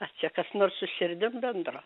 ar čia kas nors su širdim bendro